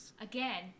Again